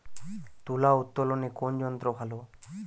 তুলা উত্তোলনে কোন যন্ত্র ভালো?